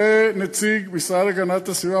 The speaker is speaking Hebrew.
עולה נציג המשרד להגנת הסביבה,